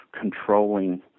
controlling